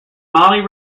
molly